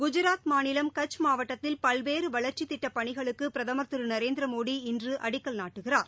குஜராத் மாநிலம் கட்ச் மாவட்டத்தில் பல்வேறு வளர்ச்சித் திட்டப் பணிகளுக்கு பிரதம் திரு நரேந்திரமோடி இன்று அடிக்கல் நாட்டுகிறார்